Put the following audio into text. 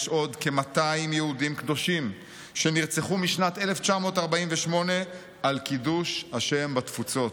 יש עוד כ-200 יהודים קדושים שנרצחו משנת 1948 על קידוש השם בתפוצות.